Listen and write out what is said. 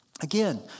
Again